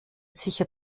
sicher